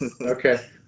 Okay